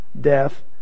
death